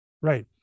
Right